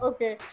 Okay